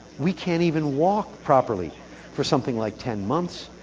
we can't even walk properly for something like ten months.